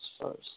first